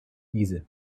diese